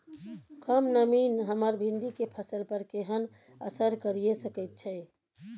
कम नमी हमर भिंडी के फसल पर केहन असर करिये सकेत छै?